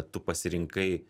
tu pasirinkai